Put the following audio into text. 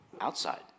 Outside